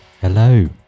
Hello